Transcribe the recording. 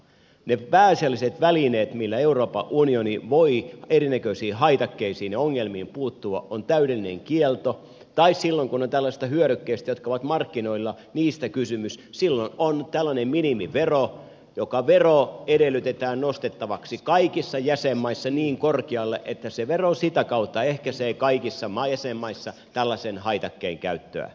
ne pääasialliset välineet millä euroopan unioni voi erinäköisiin haitakkeisiin ja ongelmiin puuttua ovat täydellinen kielto tai silloin kun on kysymys tällaisista hyödykkeistä jotka ovat markkinoilla tällainen minimivero joka edellytetään nostettavaksi kaikissa jäsenmaissa niin korkealle että se vero sitä kautta ehkäisee kaikissa jäsenmaissa tällaisen haitakkeen käyttöä